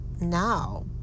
now